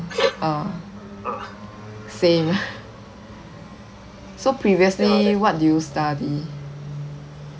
ah same so previously what did you study